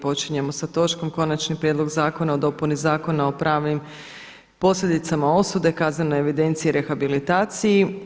Počinjemo sa točkom Konačni prijedlog Zakona o dopuni Zakona o pravnim posljedicama osude, kaznenoj evidenciji i rehabilitaciji.